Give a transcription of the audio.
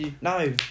no